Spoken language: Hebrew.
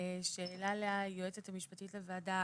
שאלה ליועצת המשפטית לוועדה.